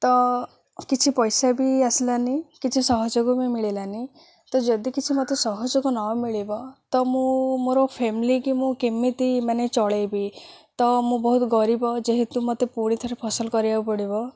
ତ କିଛି ପଇସା ବି ଆସିଲାନି କିଛି ସହଯୋଗ ବି ମିଳିଲାନି ତ ଯଦି କିଛି ମୋତେ ସହଯୋଗ ନମିଳିବ ତ ମୁଁ ମୋର ଫ୍ୟାମିଲିକି ମୁଁ କେମିତି ମାନେ ଚଳେଇବି ତ ମୁଁ ବହୁତ ଗରିବ ଯେହେତୁ ମୋତେ ପୁଣି ଥରେ ଫସଲ କରିବାକୁ ପଡ଼ିବ